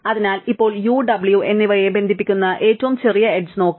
അതിനാൽ ഇപ്പോൾ u w എന്നിവയെ ബന്ധിപ്പിക്കുന്ന ഏറ്റവും ചെറിയ എഡ്ജ് നോക്കാം